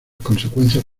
consecuencias